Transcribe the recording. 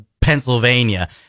pennsylvania